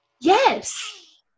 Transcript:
Yes